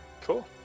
Cool